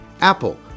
Apple